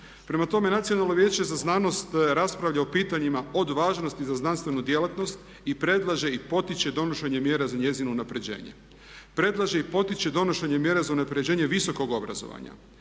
Prema tome, Nacionalno vijeće za znanost raspravlja o pitanjima od važnosti za znanstvenu djelatnost i predlaže i potiče donošenje mjera za njezino unapređenje. Predlaže i potiče donošenje mjera za unapređenje visokog obrazovanja.